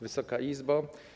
Wysoka Izbo!